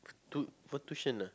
to for tuition ah